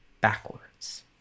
backwards